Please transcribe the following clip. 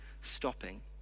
stopping